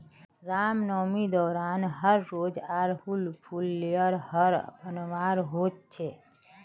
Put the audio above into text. रामनवामी दौरान हर रोज़ आर हुल फूल लेयर हर बनवार होच छे